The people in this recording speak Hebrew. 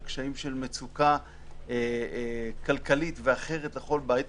קשיים של מצוקה כלכלית ואחרת לכל בית,